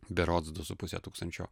berods du su puse tūkstančio